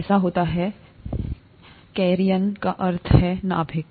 ऐसा होता है कैरियन का अर्थ है नाभिक